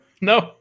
No